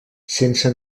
sense